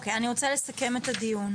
אני רוצה לסכם את הדיון.